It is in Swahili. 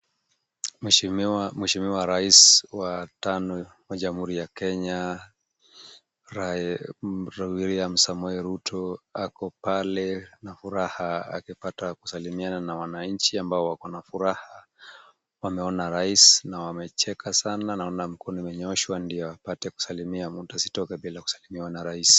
Mheshimiwa rais wa tano wa Jamhuri ya Kenya William Samoei Ruto, ako pale na furaha akipata kusalimiana na wananchi ambao wako na furaha. Wameona rais na wamecheka sana, naona mkono umenyoshwa ndio wasitoke bila kupata kusalimiana na rais.